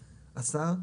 השר,